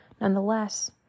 nonetheless